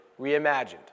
reimagined